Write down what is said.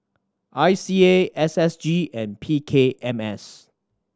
I C A S S G and P K M S